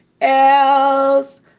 else